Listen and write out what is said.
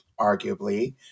arguably